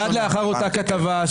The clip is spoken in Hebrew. מייד לאחר אותה כתבה,